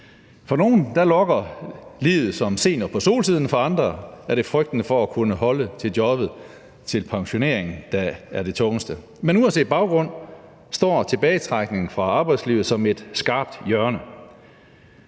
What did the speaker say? For nogle lokker livet som senior på solsiden; for andre er det frygten for at kunne holde til jobbet til pensionering, der er det tungeste. Men uanset baggrund står tilbagetrækning fra arbejdslivet som et skarpt hjørne.